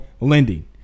Lending